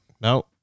no